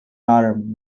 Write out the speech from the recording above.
arm